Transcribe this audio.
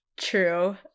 True